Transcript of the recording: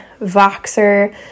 Voxer